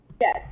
Yes